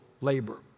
labor